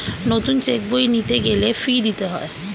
নতুন চেক বই নিতে গেলে ফি দিতে হয়